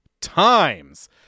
times